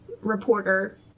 reporter